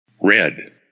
Red